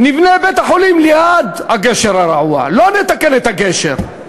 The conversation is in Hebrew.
נבנה בית-חולים ליד הגשר הרעוע, לא נתקן את הגשר.